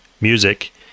music